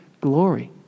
glory